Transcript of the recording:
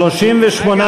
מרצ לסעיף 36 לא נתקבלה.